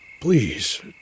Please